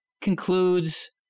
concludes